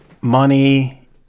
Money